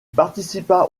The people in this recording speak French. participa